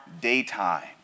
daytime